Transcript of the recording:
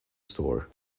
store